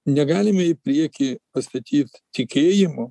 negalime į priekį pastatyt tikėjimo